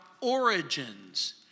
origins